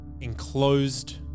enclosed